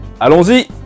Allons-y